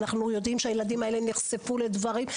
אנחנו יודעים שהילדים האלה נחשפו לדברים,